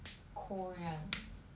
korean